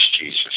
Jesus